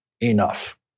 Enough